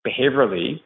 behaviorally